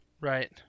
Right